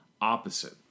opposite